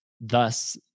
thus